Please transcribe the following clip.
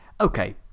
Okay